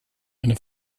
eine